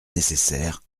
nécessaire